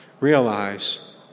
realize